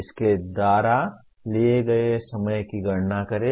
उसके द्वारा लिए गए समय की गणना करें